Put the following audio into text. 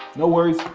no worries,